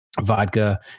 vodka